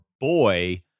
boy